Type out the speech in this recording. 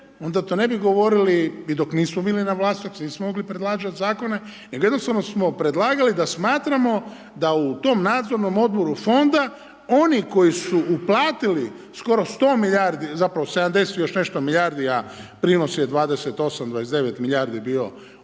onda to ne bi govorili i dok nismo bili na vlasti, dok nismo mogli predlagati zakone, nego jednostavno smo predlagali da smatramo da u tom nadzornom odboru fonda, oni koji su uplatili skoro 100 milijardi zapravo 70 i nešto milijardi, a prinosi od 28, 29 milijardi je bilo0